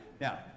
Now